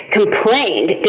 complained